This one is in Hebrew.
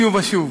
שוב ושוב.